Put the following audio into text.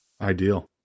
Ideal